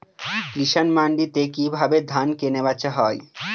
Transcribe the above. কৃষান মান্ডিতে কি ভাবে ধান কেনাবেচা হয়?